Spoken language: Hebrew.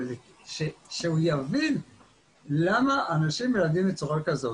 אבל שהוא יבין למה אנשים מלמדים בצורה כזאת,